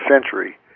century